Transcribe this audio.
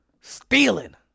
Stealing